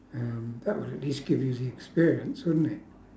um that would at least give you the experience wouldn't it